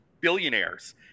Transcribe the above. billionaires